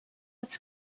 its